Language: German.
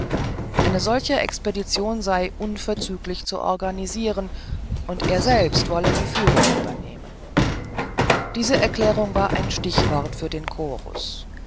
eine solche expedition sei unverzüglich zu organisieren und er selber wolle die führung übernehmen diese erklärung war ein stichwort für den chorus